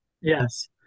Yes